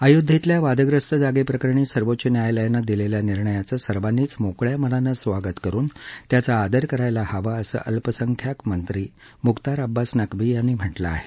अयोध्येतल्या वादग्रस्त जागेप्रकरणी सर्वोच्च न्यायालयानं दिलेल्या निर्णयाचं सर्वांनीच मोकळ्या मनानं स्वागत करून त्याचा आदर करायला हवा असं अल्पसंख्याक मंत्री मुख्तार अब्बास नक्वी यांनी म्हटलं आहे